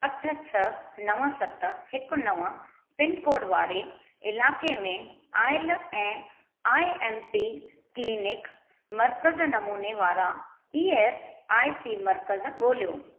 अठ छह नव सत हिकु नव पिनकोड वारे इलाइक़े में आयल ऐं आई एम पी क्लिनिक मर्कज़ नमूने वारा ई एस आई सी मर्कज़ ॻोल्हियो